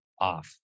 off